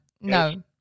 No